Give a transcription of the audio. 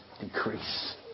decrease